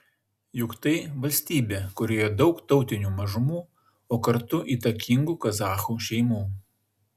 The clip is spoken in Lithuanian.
juk tai valstybė kurioje daug tautinių mažumų o kartu įtakingų kazachų šeimų